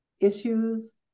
issues